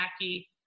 Jackie